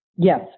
Yes